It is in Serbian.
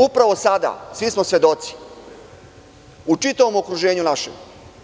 Upravo sada svi smo svedoci, u čitavom okruženju našem